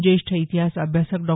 ज्येष्ठ इतिहास अभ्यासक डॉ